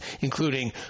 including